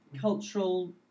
cultural